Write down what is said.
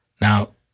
Now